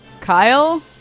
Kyle